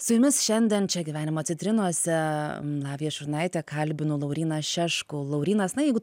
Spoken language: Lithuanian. su jumis šiandien čia gyvenimo citrinose lavija šurnaitė kalbinu lauryną šeškų laurynas na jeigu